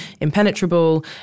impenetrable